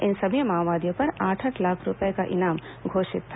इन सभी माओवादियों पर आठ आठ लाख रूपये का इनाम घोषित था